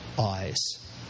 eyes